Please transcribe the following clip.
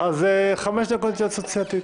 נצא ל-5 דקות התייעצות סיעתית.